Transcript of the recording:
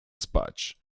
spać